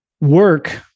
work